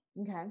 Okay